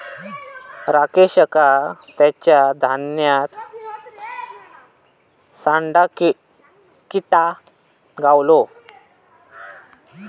राकेशका तेच्या धान्यात सांडा किटा गावलो